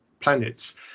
planets